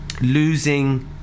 losing